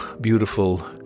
beautiful